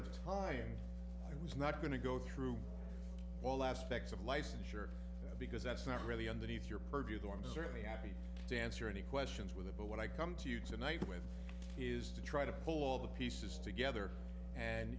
the time i was not going to go through all aspects of licensure because that's not really underneath your purview the i'm certainly happy to answer any questions with it but when i come to you tonight with is to try to pull all the pieces together and